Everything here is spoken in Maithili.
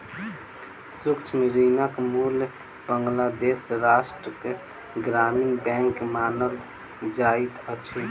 सूक्ष्म ऋणक मूल बांग्लादेश राष्ट्रक ग्रामीण बैंक मानल जाइत अछि